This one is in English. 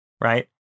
right